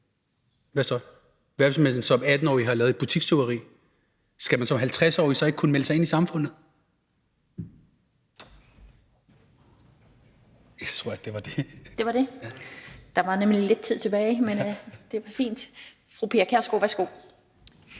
Hvad så? Hvad hvis man som 18-årig har lavet et butikstyveri? Skal man som 50-årig så ikke kunne melde sig ind i samfundet? Jeg tror, det var det. Kl. 13:51 Den fg. formand (Annette Lind): Det var det? Der var nemlig lidt tid tilbage. Men det var fint. Fru Pia Kjærsgaard, værsgo.